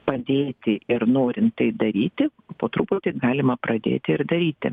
padėti ir norint tai daryti po truputį galima pradėti ir daryti